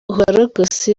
uwarokotse